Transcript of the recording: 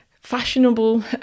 fashionable